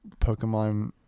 Pokemon